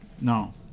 No